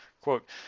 Quote